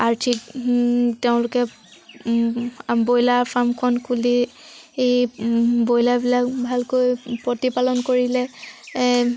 আৰ্থিক তেওঁলোকে ব্ৰইলাৰ ফাৰ্মখন খুলি ব্ৰইলাৰবিলাক ভালকৈ প্ৰতিপালন কৰিলে